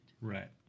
Right